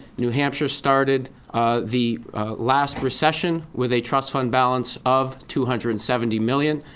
new hampshire started the last recession with a trust fund balance of two hundred and seventy million